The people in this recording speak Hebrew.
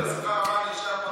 אדוני.